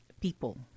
people